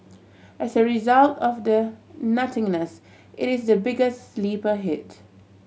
as a result of the nothingness it is the biggest sleeper hit